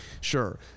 sure